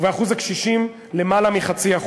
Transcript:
ובשיעור הקשישים, של למעלה מ-0.5%.